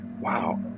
wow